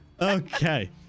Okay